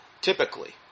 typically